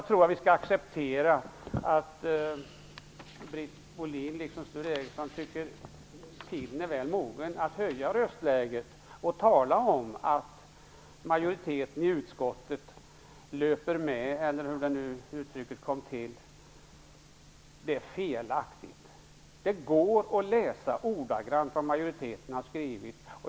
Britt Bohlin liksom Sture Ericson anser tiden vara mogen för att höja röstläget och tala om att majoriteten i utskottet löper med -- eller hur det nu uttrycktes. Det är felaktigt. Man kan läsa ordagrant vad majoriteten har skrivit.